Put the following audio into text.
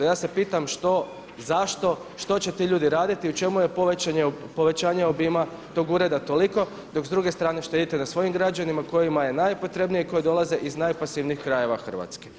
Ja se pitam što, zašto, što će ti ljudi raditi i u čemu je povećanje obima tog ureda toliko dok s druge strane štedite na svojim građanima kojima je najpotrebnije i koji dolaze iz najpasivnijih krajeva Hrvatske.